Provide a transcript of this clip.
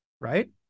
right